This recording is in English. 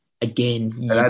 Again